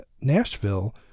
nashville